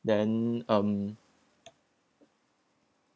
then um